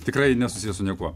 tikrai nesusiję su niekuo